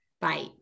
Bye